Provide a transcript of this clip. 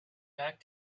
back